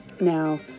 now